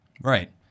Right